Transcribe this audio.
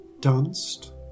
danced